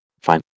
Fine